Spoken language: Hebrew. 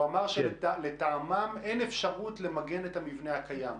הוא אמר שלטעמם אין אפשרות למגן את המבנה הקיים.